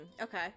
okay